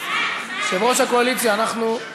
יושב-ראש הקואליציה, אנחנו,